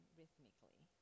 rhythmically